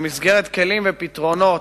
במסגרת כלים ופתרונות,